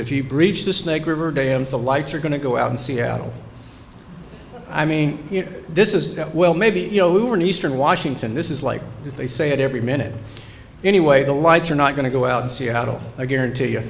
if you breach the snake river dams the lights are going to go out in seattle i mean this is well maybe you know we were in eastern washington this is like they say every minute anyway the lights are not going to go out in seattle i guarantee you